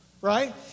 Right